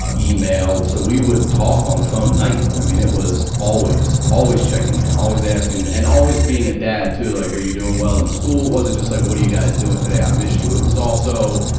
email. so we would talk on the phone nightly. i mean, it was always. always checking in, always asking, and always being a dad too, like, are you doing well in school? wasn't just like, what are you guys doing today, i miss you. it was also,